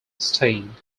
sting